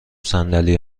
صندلی